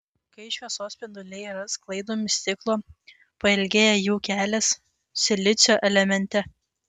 kai šviesos spinduliai yra sklaidomi stiklo pailgėja jų kelias silicio elemente